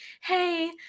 hey